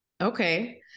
Okay